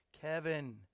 kevin